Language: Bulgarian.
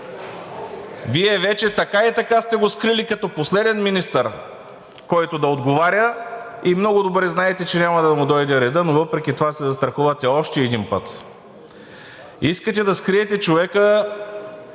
Вие вече така и така сте го скрили като последен министър, който да отговаря, и много добре знаете, че няма да му дойде редът, но въпреки това се застраховате още един път. Искате да скриете човека,